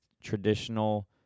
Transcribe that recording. traditional